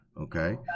Okay